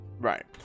Right